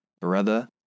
Brother